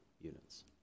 units